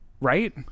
right